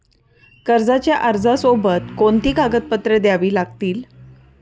कर्जाच्या अर्जासोबत कोणती कागदपत्रे द्यावी लागतील?